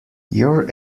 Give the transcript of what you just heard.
you’re